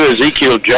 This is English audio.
Ezekiel